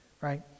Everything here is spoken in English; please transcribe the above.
right